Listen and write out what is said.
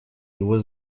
его